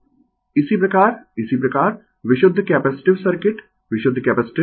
Refer Slide Time 2721 इसी प्रकार इसी प्रकार विशुद्ध कैपेसिटिव सर्किट विशुद्ध कैपेसिटिव